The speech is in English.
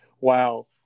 wow